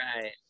Right